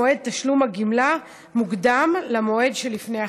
מועד תשלום הגמלה מוקדם למועד שלפני החג.